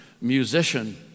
musician